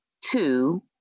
two